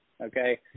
okay